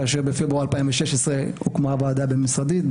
בפברואר 2016 הוקמה הוועדה הבין-משרדית,